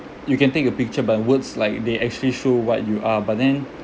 you can take a picture but words like they actually show what you are but then